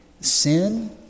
sin